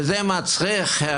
ולא שלושה שופטים שיכולים